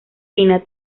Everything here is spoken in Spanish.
fina